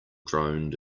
droned